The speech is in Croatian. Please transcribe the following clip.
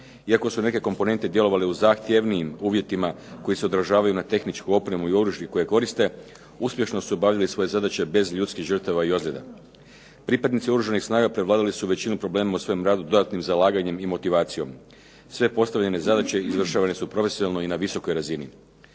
Iako su neke komponente djelovale u zahtjevnijim uvjetima koji se odražavaju na tehničku opremu i oružje koje koriste, uspješno su obavili svoje zadaće bez ljudskih žrtava i ozljeda. Pripadnici Oružanih snaga prevladali su većinu problema u svojem radu dodatnim zalaganjem i motivacijom. Sve postavljane zadaće izvršavane su profesionalno i na visokoj razini.